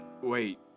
Wait